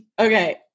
Okay